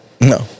No